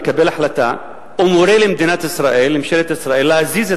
מקבל החלטה ומורה לממשלת ישראל להזיז את